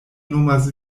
nomas